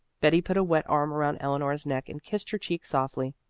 betty put a wet arm around eleanor's neck and kissed her cheek softly.